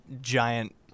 giant